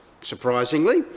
surprisingly